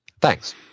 Thanks